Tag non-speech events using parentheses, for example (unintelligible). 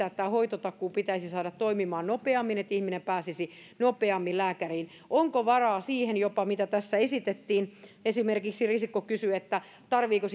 (unintelligible) että tämä hoitotakuu pitäisi saada toimimaan nopeammin että ihminen pääsisi nopeammin lääkäriin onko varaa jopa siihen mitä tässä esitettiin esimerkiksi risikko kysyi että tarvitseeko (unintelligible)